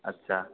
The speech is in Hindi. अच्छा